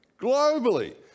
globally